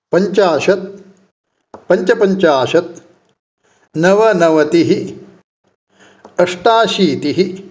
पञ्चाशत् पञ्चपञ्चाशत् नवनवतिः अष्टाशीतिः